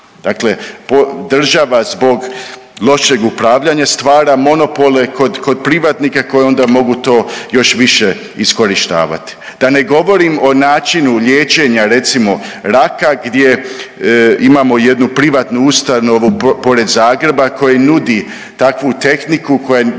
Dakle, država zbog lošeg upravljanja stvara monopole kod privatnika koji onda mogu to još više iskorištavati, da ne govorim o načinu liječenja recimo raka gdje imamo jednu privatnu ustanovu pored Zagreba koji nudi takvu tehniku koja ne postoji